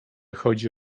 chodzi